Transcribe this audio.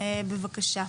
בבקשה.